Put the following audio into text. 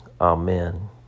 Amen